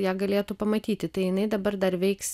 ją galėtų pamatyti tai jinai dabar dar veiks